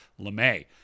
LeMay